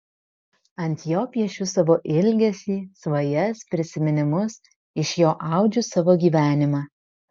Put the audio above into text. ant jo piešiu savo ilgesį svajas prisiminimus iš jo audžiu savo gyvenimą